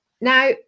Now